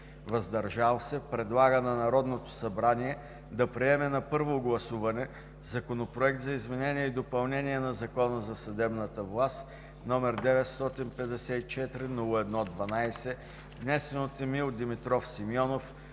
„въздържал се“, предлага на Народното събрание да приеме на първо гласуване Законопроект за изменение и допълнение на Закона за съдебната власт, № 954-01-12, внесен от Емил Димитров Симеонов